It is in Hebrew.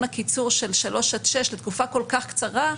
הקיצור של שלוש עד שש לתקופה כל כך קצרה,